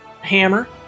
hammer